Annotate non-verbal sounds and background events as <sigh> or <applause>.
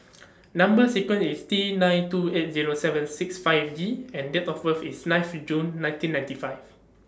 <noise> Number sequence IS T nine two eight Zero seven six five G and Date of birth IS ninth June nineteen ninety five